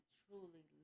truly